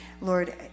Lord